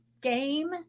game